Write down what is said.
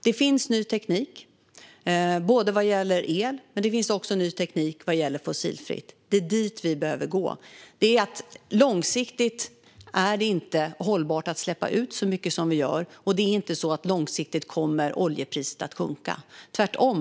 Det finns ny teknik vad gäller el, men det finns också ny teknik vad gäller fossilfritt. Det är dit vi behöver gå. Långsiktigt är det inte hållbart att släppa ut så mycket som vi gör. Det är inte så att oljepriset långsiktigt kommer att sjunka. Det är tvärtom.